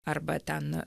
arba ten